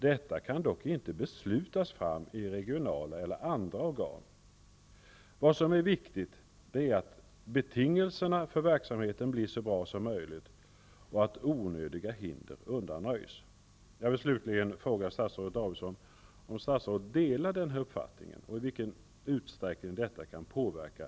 Detta kan dock inte beslutas fram i regionala eller andra organ. Vad som är viktigt är att betingelserna för verksamheten blir så bra som möjligt och att onödiga hinder undanröjs.